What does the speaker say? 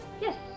Yes